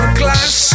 class